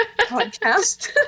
Podcast